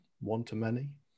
one-to-many